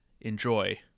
Enjoy